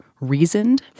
reasoned